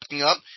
up